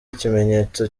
ikimenyetso